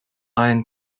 iron